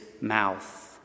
mouth